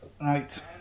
Right